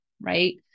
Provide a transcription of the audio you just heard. right